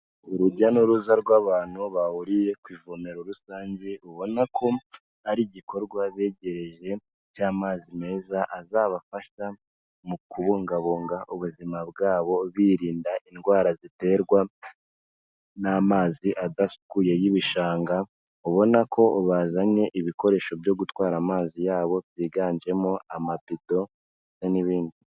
Urujya n'uruza rw'abantu bahuriye ku ivomero rusange, ubona ko ari igikorwa begerejwe cy'amazi meza, azabafasha mu kubungabunga ubuzima bwabo birinda indwara ziterwa n'amazi adasukuye y'ibishanga, ubona ko bazanye ibikoresho byo gutwara amazi yabo byiganjemo amabito ndetse n'ibindi.